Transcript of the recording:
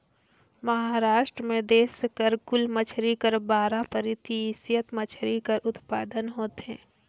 महारास्ट में देस कर कुल मछरी कर बारा परतिसत मछरी कर उत्पादन होथे